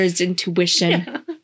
intuition